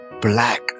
black